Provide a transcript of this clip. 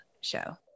show